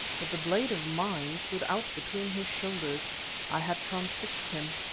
but the blade of mine stood out between his shoulders i had transfixed him.